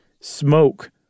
smoke